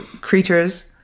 creatures